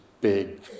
big